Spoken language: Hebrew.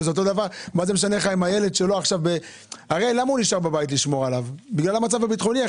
הוא נשאר בבית לשמור על הילד בגלל המצב הביטחוני.